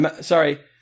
Sorry